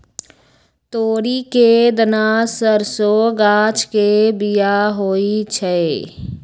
तोरी के दना सरसों गाछ के बिया होइ छइ